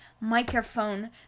microphone